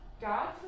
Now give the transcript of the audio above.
God